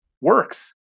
works